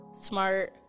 smart